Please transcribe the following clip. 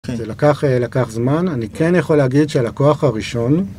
זה לקח זמן, אני כן יכול להגיד שלקוח הראשון.